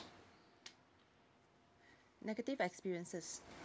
negative experiences